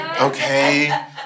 okay